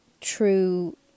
true